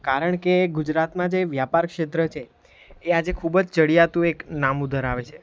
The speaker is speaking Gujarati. કારણ કે ગુજરાતમાં જે વ્યાપાર ક્ષેત્ર છે એ આજે ખૂબ જ ચડિયાતું એક નામ ધરાવે છે